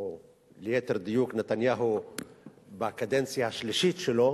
או ליתר דיוק, נתניהו בקדנציה השלישית שלו